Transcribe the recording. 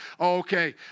okay